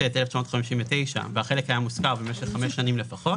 התשי"ט-1959 והחלק היה מושכר במשך חמש שניים לפחות"